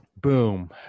Boom